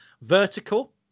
vertical